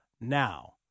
now